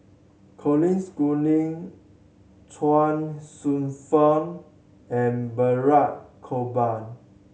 Colin Schooling Chuang Hsueh Fang and Balraj Gopal